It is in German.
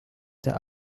der